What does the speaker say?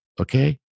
Okay